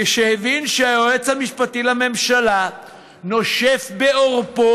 כשהבין שהיועץ המשפטי לממשלה נושף בעורפו